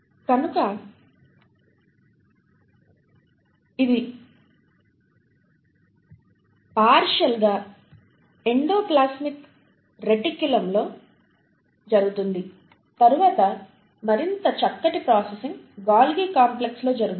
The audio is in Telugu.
కనుక ఇది పాక్షికంగా ఎండోప్లాస్మిక్ రెటిక్యులంలో జరుగుతుంది తరువాత మరింత చక్కటి ప్రాసెసింగ్ గొల్గి కాంప్లెక్స్లో జరుగుతుంది